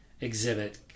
exhibit